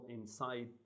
inside